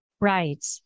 Right